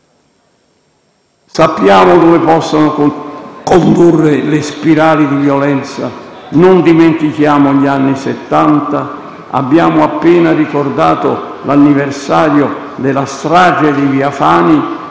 Sappiamo dove possono condurre le spirali di violenza. Non dimentichiamo gli anni Settanta. Abbiamo appena ricordato l'anniversario della strage di via Fani